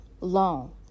long